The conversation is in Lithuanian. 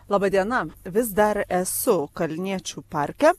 laba diena vis dar esu kalniečių parke